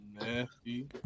nasty